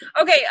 Okay